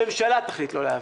הממשלה תחליט לא להעביר.